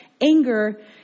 anger